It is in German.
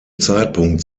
zeitpunkt